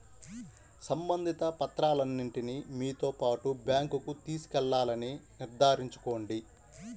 సంబంధిత పత్రాలన్నింటిని మీతో పాటు బ్యాంకుకు తీసుకెళ్లాలని నిర్ధారించుకోండి